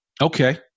Okay